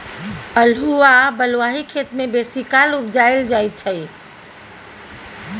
अल्हुआ बलुआही खेत मे बेसीकाल उपजाएल जाइ छै